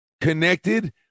connected